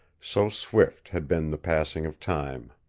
so swift had been the passing of time.